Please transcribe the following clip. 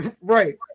Right